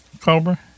Cobra